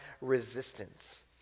resistance